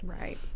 right